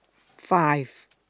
five